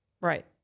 Right